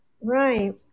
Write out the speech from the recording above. Right